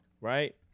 Right